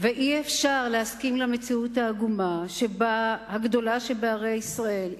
ואי-אפשר להסכים למציאות העגומה שבגדולה שבערי ישראל,